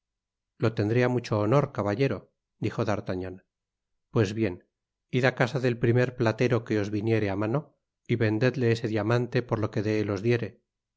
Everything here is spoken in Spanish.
lo tendré á mucho honor caballero dijo d'artagnan pues bien id á casa del primer platero que os viniere á mano y vendedle ese diamante por lo que de él os diere